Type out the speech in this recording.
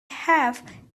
have